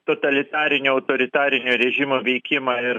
totalitarinio autoritarinio režimo veikimą ir